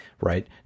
right